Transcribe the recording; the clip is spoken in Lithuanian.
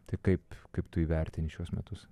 tai kaip kaip tu įvertinti šiuos metus